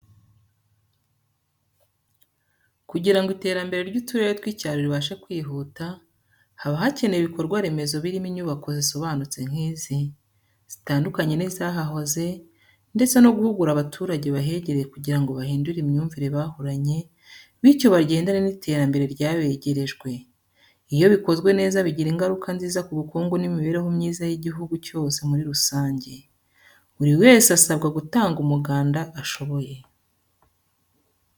Kugira ngo iterambere ry'uturere tw'icyaro ribashe kwihuta, haba hakenewe ibikorwa remezo birimo inyubako zisobanutse nk'izi, zitandukanye n'izahahoze ndetse no guhugura abaturage bahegereye kugira ngo bahindure imyumvire bahoranye bityo bagendane n'iterambere ryabegerejwe, iyo bikozwe neza bigira ingaruka nziza ku bukungu n'imibereho myiza y'igihugu cyose muri rusange. Buri wese asabwa gutanga umuganda ashoboye.